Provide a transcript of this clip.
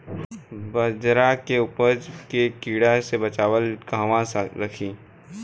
बाजरा के उपज के कीड़ा से बचाव ला कहवा रखीं?